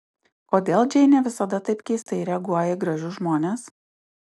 kodėl džeinė visada taip keistai reaguoja į gražius žmones